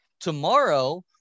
tomorrow